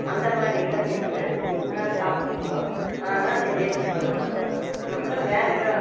அந்த மாதிரியல்லாம் செஞ்சு நாங்கள் சாப்பிடுக்குவோம் ஆனால் அது வேஸ்ட் பண்ண மாட்டோம் அப்புறோம் வேற எதோ